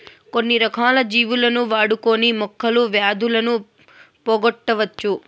కొన్ని రకాల జీవులను వాడుకొని మొక్కలు వ్యాధులను పోగొట్టవచ్చు